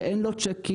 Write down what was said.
שאין לו צ'קים,